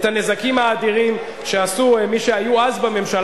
את הנזקים האדירים שעשו מי שהיו אז בממשלה,